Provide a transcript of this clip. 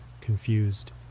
confused